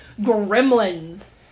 gremlins